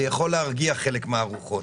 זה יכול להרגיע חלק מהרוחות.